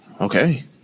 okay